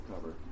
cover